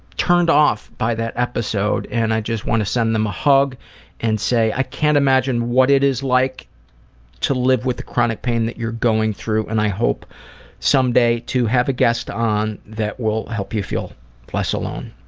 turned off by that episode, and i just want to send them a hug and say that i cannot imagine what it is like to live with chronic pain that you're going through, and i hope someday to have a guest on that will help you feel less alone.